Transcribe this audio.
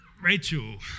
Rachel